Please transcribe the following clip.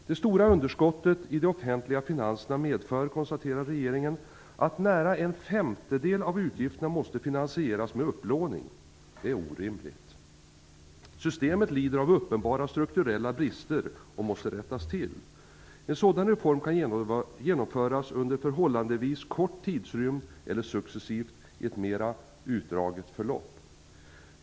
Det stora underskottet i de offentliga finanserna medför, konstaterar regeringen, att nära en femtedel av utgifterna måste finansieras med upplåning. Det är orimligt. Systemet lider av uppenbara strukturella brister som måste rättas till. En sådan reform kan genomföras under förhållandevis kort tidsrymd eller successivt i ett mera utdraget förlopp.